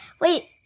wait